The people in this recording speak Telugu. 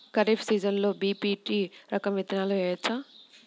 ఖరీఫ్ సీజన్లో బి.పీ.టీ రకం విత్తనాలు వేయవచ్చా?